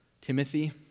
Timothy